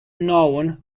known